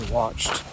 watched